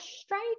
strike